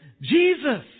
Jesus